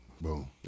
Boom